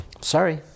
sorry